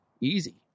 easy